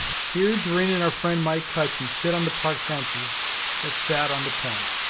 here, doreen, and our friend mike hudson, sit on the park benches that sat on the point.